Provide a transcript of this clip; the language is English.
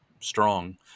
strong